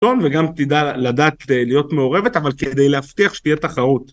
וגם תדע לדעת להיות מעורבת, אבל כדי להבטיח שתהיה תחרות.